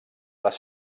les